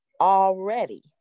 already